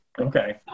Okay